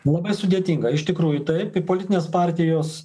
labai sudėtinga iš tikrųjų taip kai politinės partijos